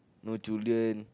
no children